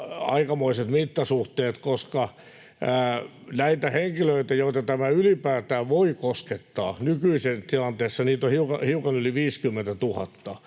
aikamoiset mittasuhteet, koska näitä henkilöitä, joita tämä ylipäätään voi koskettaa nykyisessä tilanteessa, on hiukan yli 50 000.